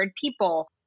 people